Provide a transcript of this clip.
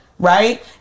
Right